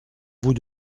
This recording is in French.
bout